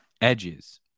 edges